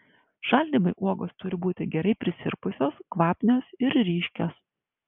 šaldymui uogos turi būti gerai prisirpusios kvapnios ir ryškios